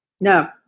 No